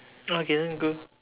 okay then go